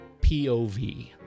POV